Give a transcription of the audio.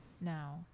now